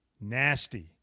nasty